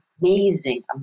amazing